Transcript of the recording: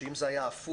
שאם זה היה הפוך,